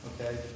Okay